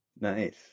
Nice